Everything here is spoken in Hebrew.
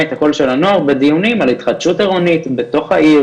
את הדעות של הנוער בדיונים של התחדשות עירונית בתוך העיר